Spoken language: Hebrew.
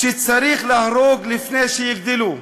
שצריך להרוג לפני שיגדלו?